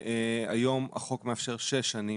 והיום החוק מאפשר שש שנים,